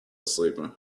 sleeping